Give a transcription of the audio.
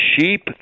Sheep